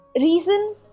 reason